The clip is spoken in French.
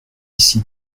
ici